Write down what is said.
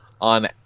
on